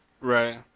Right